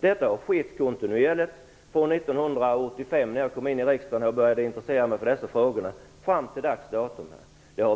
Så har skett kontinuerligt sedan 1985, när jag kom in i riksdagen och började intressera mig för dessa frågor, och fram till i dag.